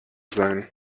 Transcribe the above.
sein